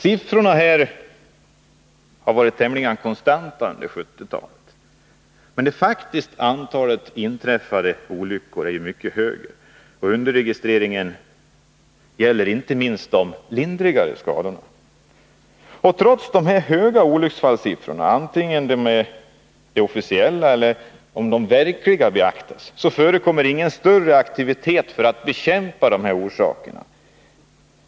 Siffrorna har varit tämligen konstanta under 1970-talet. Men det faktiska antalet inträffade olyckor är ju mycket större. Underregistreringen gäller inte minst de lindriga skadorna. Trots dessa höga olycksfallssiffror, vare sig de är de officiella eller de verkliga, förekommer ingen större aktivitet för att bekämpa orsakerna.